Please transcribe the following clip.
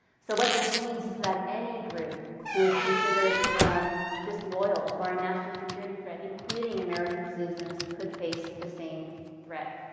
so what this means is that any group who is considered disloyal or national security threat including american citizens could face the same threat.